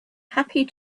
happy